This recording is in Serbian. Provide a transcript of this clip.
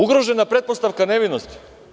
Ugrožena pretpostavka nevinosti.